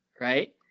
right